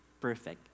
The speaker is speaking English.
perfect